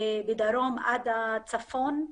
מהדרום עד הצפון,